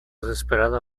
desesperada